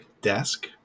desk